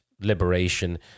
liberation